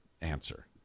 answer